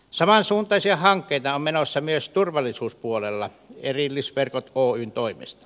samansuuntaisia hankkeita on menossa myös turvallisuuspuolella erillisverkot oyn toimesta